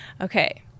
Okay